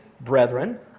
brethren